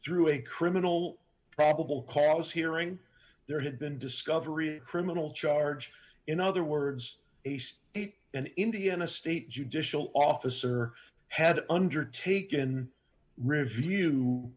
through a criminal probable cause hearing there had been discovery criminal charge in other words a state and indiana state judicial officer had undertaken review